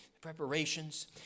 preparations